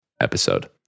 episode